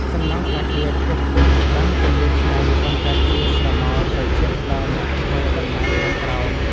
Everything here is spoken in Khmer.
សំណង់អគារខ្ពស់ៗបាំងពន្លឺថ្ងៃបង្កើតជាស្រមោលត្រជាក់ដល់អ្នកធ្វើដំណើរខាងក្រោម។